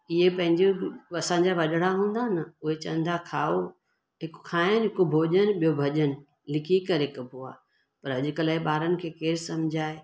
इहे पंहिंजो असांजा वॾिड़ा हूंदा न उहे चवंदा खाओ हिकु खाइनि हिकु भोॼनु ॿियो भॼनु लिखी करे कबो आहे पर अॼुकल्ह जे ॿारनि खे केर समुझाए